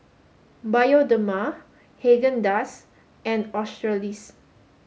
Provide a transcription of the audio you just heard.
Bioderma Haagen Dazs and Australis